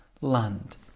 land